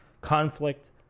conflict